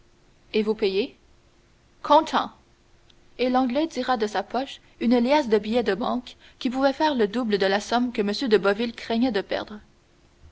et vous payez comptant et l'anglais tira de sa poche une liasse de billets de banque qui pouvait faire le double de la somme que m de boville craignait de perdre